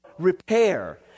repair